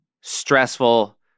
stressful